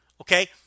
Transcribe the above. Okay